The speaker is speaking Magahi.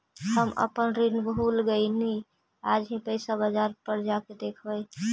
हम अपन ऋण भूल गईली आज ही पैसा बाजार पर जाकर देखवई